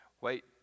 wait